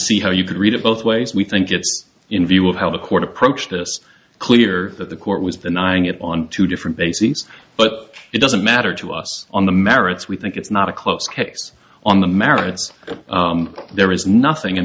see how you could read it both ways we think it's in view of how the court approached this clear that the court was denying it on two different bases but it doesn't matter to us on the merits we think it's not a close case on the merits there is nothing in